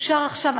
אפשר עכשיו,